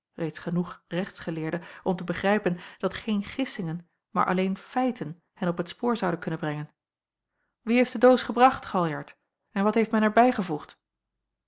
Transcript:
reeds genoeg rechtsgeleerde om te begrijpen dat geen gissingen maar alleen feiten hen op t spoor zouden kunnen brengen wie heeft de doos gebracht galjart en wat heeft men er bijgevoegd